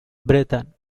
brethren